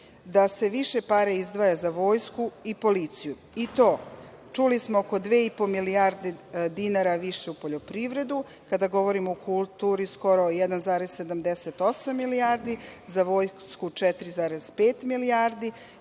da se više para izdvaja za vojsku i policiju, i to, čuli smo oko 2,5 milijarde dinara više u poljoprivredu, kada govorimo o kulturi skoro 1,78 milijardi, za vojsku 4,5 milijardi,